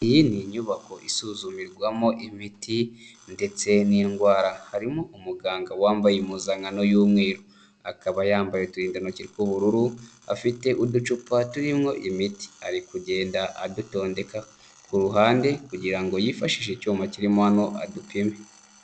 Iyi ni inyubako isuzumirwamo imiti ndetse n'indwara, harimo umuganga wambaye impuzankano y'umweru akaba yambaye uturindantoki tw'ubururu. Afite uducupa turimwo imiti ari kugenda adutondeka ku ruhande kugira ngo yifashishe icyuma kirimo adupime.